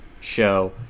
show